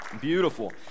Beautiful